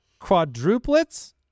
quadruplets